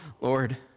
Lord